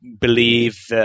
believe